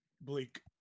Bleak